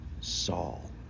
Saul